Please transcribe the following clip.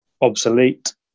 obsolete